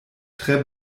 tre